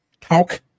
talk